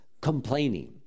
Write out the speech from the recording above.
complaining